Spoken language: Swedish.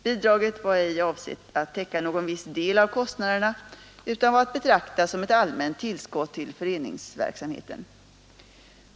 Bidraget var ej avsett att täcka någon viss del av kostnaderna utan var att betrakta som ett allmänt tillskott till föreningsverksamheten.